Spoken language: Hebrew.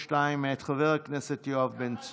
ואת ההמלצות שלה היא מביאה למנכ"ל,